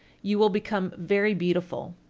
you will become very beautiful.